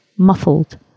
muffled